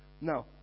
Now